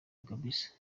kbs